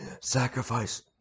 sacrifice